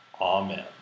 Amen